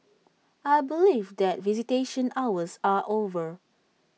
I believe that visitation hours are over